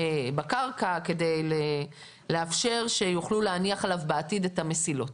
בקרקע כדי לאפשר שיוכלו להניח עליו בעתיד את המסילות.